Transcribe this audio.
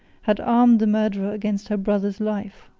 had armed the murderer against her brother's life.